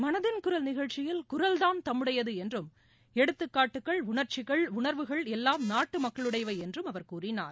மனதின் குரல் நிகழ்ச்சியில் குரல்தான் தம்முடையது என்றும் எடுத்துக் காட்டுகள் உணர்ச்சிகள் உணர்வுகள் எல்லாம் நாட்டு மக்களுடையவை என்றும் அவர் கூறினார்